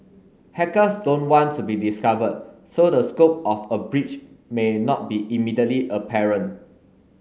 hackers don't want to be discovered so the scope of a breach may not be immediately apparent